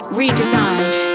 redesigned